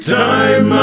time